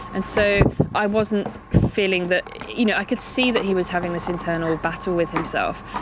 and so i wasn't feeling that, you know i could see that he was having this internal battle with himself.